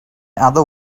other